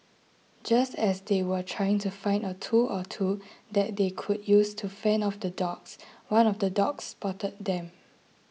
just as they were trying to find a tool or two that they could use to fend off the dogs one of the dogs spotted them